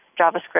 JavaScript